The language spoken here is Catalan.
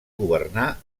governar